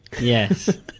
Yes